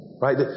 Right